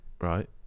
Right